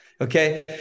Okay